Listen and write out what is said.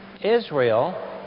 Israel